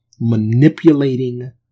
manipulating